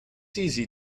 easy